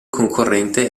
concorrente